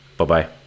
Bye-bye